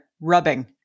Rubbing